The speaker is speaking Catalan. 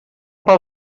pel